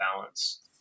balance